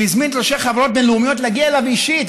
הוא הזמין ראשי חברות בין-לאומיות להגיע אליו אישית,